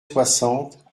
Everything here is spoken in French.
soixante